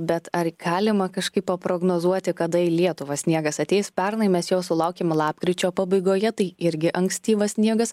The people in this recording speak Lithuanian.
bet ar galima kažkaip paprognozuoti kada į lietuvą sniegas ateis pernai mes jo sulaukėme lapkričio pabaigoje tai irgi ankstyvas sniegas